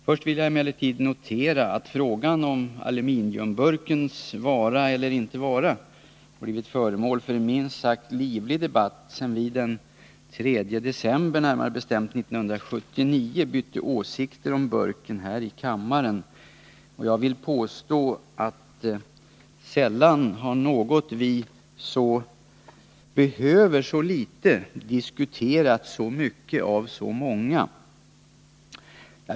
Först vill jag emellertid notera att frågan om aluminiumburkens vara eller inte vara blivit föremål för en minst sagt livlig debatt sedan vi den 3 december 1979 bytte åsikter om burken här i kammaren — sällan har något vi behöver så litet diskuterats så mycket av så många.